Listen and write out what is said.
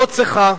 לא צריכה.